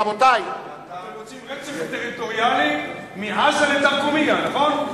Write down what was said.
אתם רוצים רצף טריטוריאלי מעזה לתרקומיא, נכון?